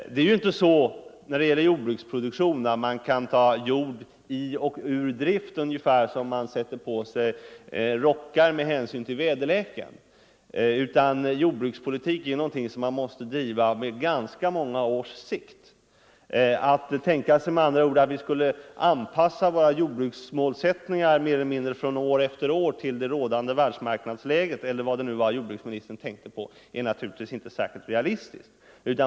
Man kan inte ta jord ur och i drift ungefär som man sätter på sig rockar med hänsyn till väderleken. Jordbrukspolitik är någonting som måste drivas på ganska många års sikt. Att tänka sig att vi skulle anpassa vår jordbruksmålsättning år från år med hänsyn till rådande världsmarknadsläge, eller vad det nu var jordbruksministern tänkte på, är naturligtvis inte särskilt realistiskt.